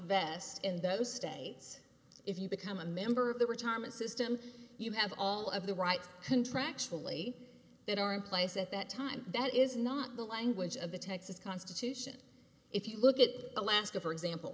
vest in those states if you become a member of the retirement system you have all of the right contractually that are in place at that time that is not the language of the texas constitution if you look at alaska for example